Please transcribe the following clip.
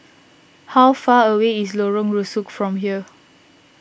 how far away is Lorong Rusuk from here